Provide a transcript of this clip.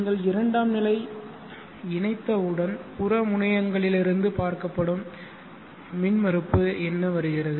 நீங்கள் இரண்டாம் நிலை இணைத்தவுடன் புற முனையங்களிலிருந்து பார்க்கப்படும் மின்மறுப்பு என்ன வருகிறது